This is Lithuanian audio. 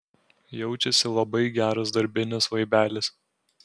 jaučiasi labai geras darbinis vaibelis